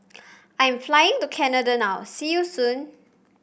I am flying to Canada now See you soon